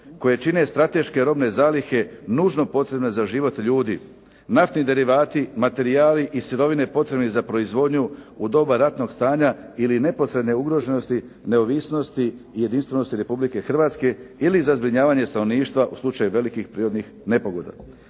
koje čine strateške robne zalihe nužno potrebne za život ljudi, naftni derivati i sirovine potrebne za proizvodnju u doba ratnog stanja ili neposredne ugroženosti, neovisnosti i jedinstvenosti Republike Hrvatske, ili za zbrinjavanje stanovništva u slučaju velikih prirodnih nepogoda.